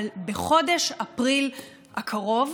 אבל בחודש אפריל הקרוב,